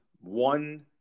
one